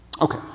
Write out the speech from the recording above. Okay